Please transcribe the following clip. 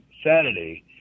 saturday